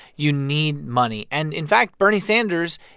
you need money. and, in fact, bernie sanders,